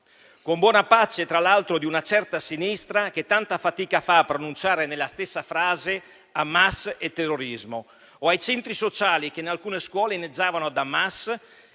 con buona pace tra l'altro di una certa sinistra, che tanta fatica fa a pronunciare nella stessa frase Hamas e terrorismo, o dei centri sociali, che in alcune scuole inneggiavano ad Hamas